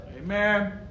Amen